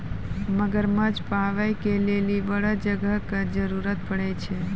मगरमच्छ पालै के लेली बड़ो जगह के जरुरत पड़ै छै